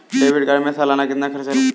Debit card में सालाना कितना खर्च लगता है?